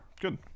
Good